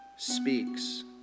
speaks